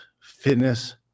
fitness